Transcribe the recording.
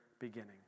beginning